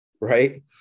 Right